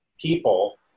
people